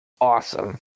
awesome